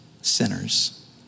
sinners